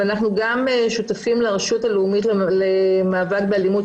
אנחנו גם שותפים לרשות הלאומית למאבק באלימות,